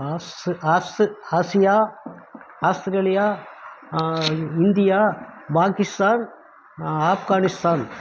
Asia Australia India Pakistan Afghanistan